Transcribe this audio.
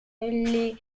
les